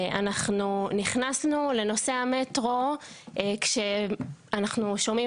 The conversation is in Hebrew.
אנחנו נכנסנו לנושא המטרו כשאנחנו שומעים